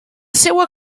seua